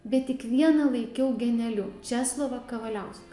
bet tik vieną laikiau genialiu česlovą kavaliauską